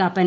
Kappan